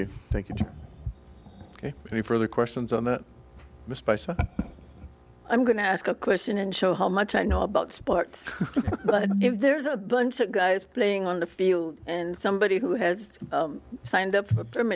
you thank you any further questions on the myspace but i'm going to ask a question and show how much i know about sports but if there's a bunch of guys playing on the field and somebody who has signed up for him